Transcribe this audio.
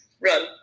run